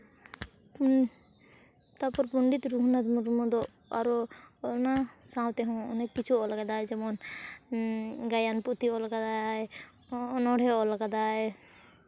ᱛᱟᱨᱯᱚᱨ ᱯᱚᱸᱰᱮᱛ ᱨᱟᱹᱜᱷᱩᱱᱟᱛᱷ ᱢᱩᱨᱢᱩ ᱫᱚ ᱟᱨᱚ ᱚᱱᱟ ᱥᱟᱶ ᱛᱮᱦᱚᱸ ᱚᱱᱮᱠ ᱠᱤᱪᱷᱩ ᱚᱞ ᱠᱮᱫᱟᱭ ᱡᱮᱢᱚᱱ ᱜᱟᱭᱟᱱ ᱯᱩᱛᱷᱤ ᱚᱞ ᱠᱟᱫᱟᱭ ᱚᱱᱚᱬᱦᱮᱸ ᱚᱞ ᱠᱟᱫᱟᱭ